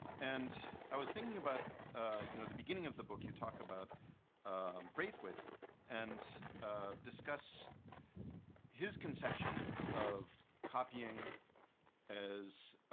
and i was thinking about you know the beginning of the book you talk about brathwaite and discuss his conception of copying as